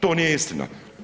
To nije istina.